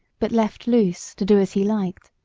but left loose, to do as he liked.